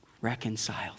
reconciled